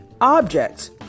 objects